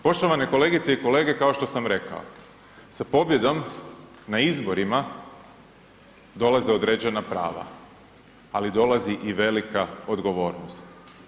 Poštovane kolegice i kolege kao što sam rekao, sa pobjedom na izborima dolaze određena prava, ali dolazi i velika odgovornost.